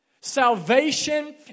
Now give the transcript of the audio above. Salvation